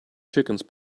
chickens